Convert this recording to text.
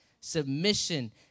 submission